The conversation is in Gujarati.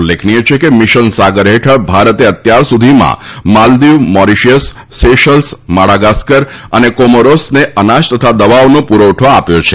ઉલ્લેખનીય છે કે મીશન સાગર હેઠળ ભારતે અત્યાર સુધીમાં માલદીવ મોરીશીયસ સેશલ્સ મડાગાસ્કર અને કોમોરોસને અનાજ તથા દવાઓનો પુરવઠો આપ્યો છે